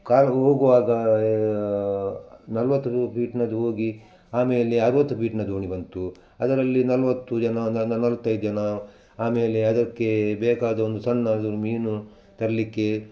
ಕಾಲ್ ಹೋಗುವಾಗ ನಲವತ್ತು ಫೀಟ್ನದ್ದು ಹೋಗಿ ಆಮೇಲೆ ಅರವತ್ತು ಫೀಟಿನ ದೋಣಿ ಬಂತು ಅದರಲ್ಲಿ ನಲವತ್ತು ಜನ ನ ನಲವತ್ತೈದು ಜನ ಆಮೇಲೆ ಅದಕ್ಕೆ ಬೇಕಾದ ಒಂದು ಸಣ್ಣ ಅದು ಮೀನು ತರಲಿಕ್ಕೆ